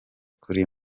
kuri